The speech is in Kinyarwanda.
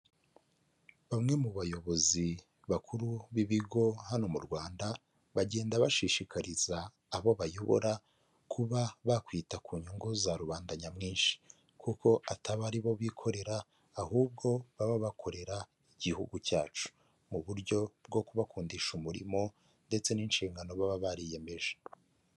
Bamwe mu bayobozi bakuru b'ibigo hano mu Rwanda bagenda bashishikariza abo bayobora kuba bakwita ku nyungu za rubanda nyamwinshi, kuko atari bo bikorera ahubwo baba bakorera igihugu cyacu, mu buryo bwo kubakundisha umurimo ndetse n'inshingano baba bariyemeje.